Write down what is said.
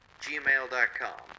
gmail.com